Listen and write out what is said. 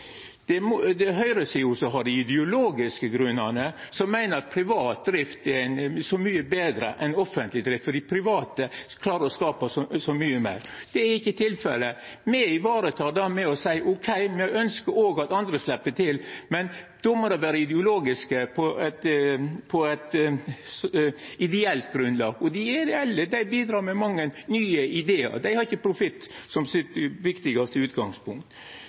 er høgresida som har ideologiske grunnar, som meiner at privat drift er så mykje betre enn offentleg drift, fordi private klarar å skapa så mykje meir. Det er ikkje tilfellet. Me varetek det med å seia at me òg ønskjer at andre slepp til, men då må det vera på eit ideelt grunnlag, og dei ideelle bidreg med mange nye idear. Dei har ikkje profitt som sitt viktigaste utgangspunkt.